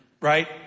Right